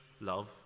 love